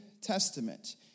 Testament